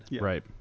Right